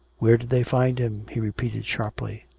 where did they find him? he repeated sharply.